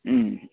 अँ